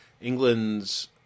England's